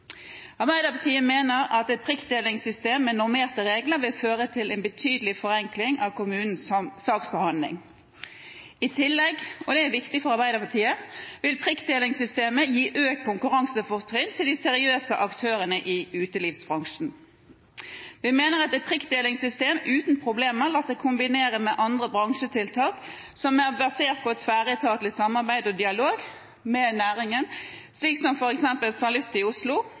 Arbeiderpartiet mener at et prikktildelingssystem med normerte regler vil føre til en betydelig forenkling av kommunens saksbehandling. I tillegg – og det er viktig for Arbeiderpartiet – vil prikktildelingssystemet gi økt konkurransefortrinn til de seriøse aktørene i utelivsbransjen. Vi mener at et prikktildelingssystem uten problemer lar seg kombinere med andre bransjetiltak som er basert på tverretatlig samarbeid og dialog med næringen, slik som f.eks. Salutt i Oslo,